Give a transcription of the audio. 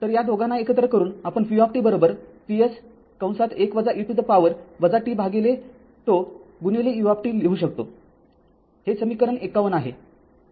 तर या दोघांना एकत्र करून आपण v Vs १ e to the power tτ गुणिले u लिहू शकतोहे समीकरण ५१ आहे